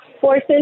forces